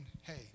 Hey